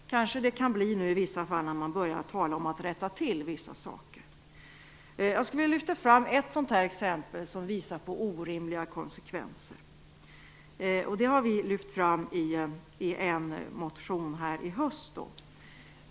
Kanske kan det bli nu när man börjar tala om att rätta till vissa saker. Jag skulle vilja lyfta fram ett exempel som visar orimliga konsekvenser. Det har vi lyft fram i en motion i höst.